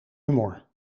humor